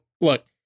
Look